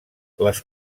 les